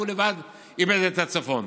והוא לבד איבד את הצפון.